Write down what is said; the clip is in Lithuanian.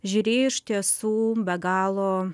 žiūrėjo iš tiesų be galo